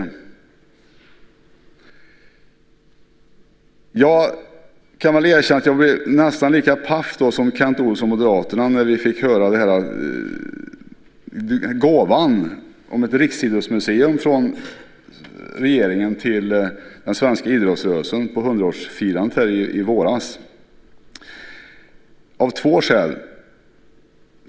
Sedan måste jag erkänna att jag blev nästan lika förvånad som Kent Olsson från Moderaterna när vi i samband med hundraårsfirandet av den svenska idrottsrörelsen i våras fick höra om regeringens gåva i form av ett riksidrottsmuseum. Jag blev förvånad av två skäl.